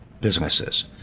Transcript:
businesses